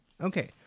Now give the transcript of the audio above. okay